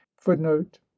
footnote